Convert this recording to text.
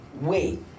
wait